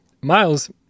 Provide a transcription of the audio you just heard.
Miles